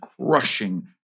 crushing